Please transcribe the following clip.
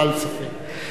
תאר לך,